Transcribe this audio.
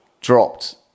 dropped